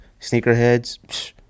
sneakerheads